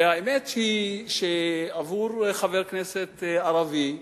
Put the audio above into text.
האמת היא שעבור חבר כנסת ערבי,